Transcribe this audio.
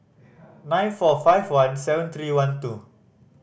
nine four five one seven three one two